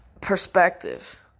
perspective